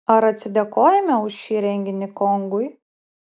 ar atsidėkojame už šį renginį kongui